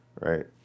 right